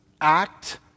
act